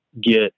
get